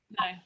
no